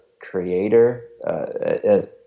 Creator